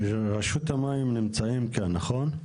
רשות המים נמצאים כאן, נכון?